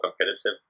competitive